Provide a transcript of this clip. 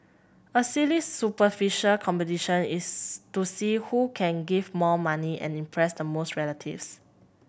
a silly superficial competition is to see who can give more money and impress the most relatives